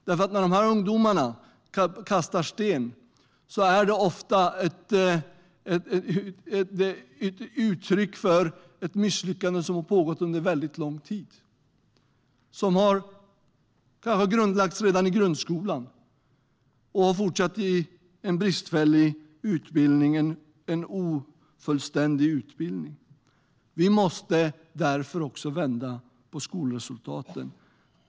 När ungdomar kastar sten är det ofta ett uttryck för ett misslyckande som har pågått under väldigt lång tid. Det har kanske grundlagts redan i grundskolan och har sedan fortsatt i en bristfällig och ofullständig utbildning. Vi måste därför också vända skolresultaten.